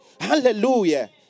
Hallelujah